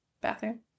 bathroom